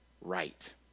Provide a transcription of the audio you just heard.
right